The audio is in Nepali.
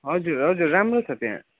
हजुर हजुर राम्रो छ त्यहाँ